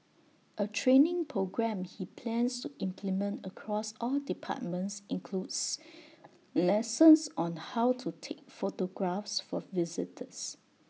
A training programme he plans to implement across all departments includes lessons on how to take photographs for visitors